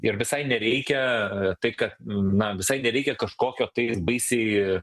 ir visai nereikia tai kad na visai nereikia kažkokio tai baisiai